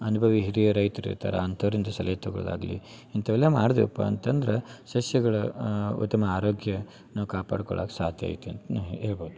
ಅನ್ಭವಿ ಹಿರಿಯ ರೈತ್ರು ಇರ್ತಾರೆ ಅಂಥವ್ರಿಂದ ಸಲಹೆ ತಗೊಳೋದು ಆಗಲಿ ಇಂಥವೆಲ್ಲ ಮಾಡ್ದ್ವಿಯಪ್ಪ ಅಂತಂದ್ರ ಸಸ್ಯಗಳ ಉತ್ತಮ ಆರೋಗ್ಯ ನಾವು ಕಾಪಾಡ್ಕೊಳಕ್ಕೆ ಸಾಧ್ಯ ಐತಿ ಅಂತ ನಾ ಹೇಳ್ಬೋದು